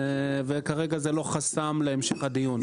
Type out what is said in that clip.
וכרגע זה לא מהווה חסם להמשך הדיון.